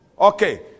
Okay